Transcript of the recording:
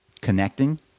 Connecting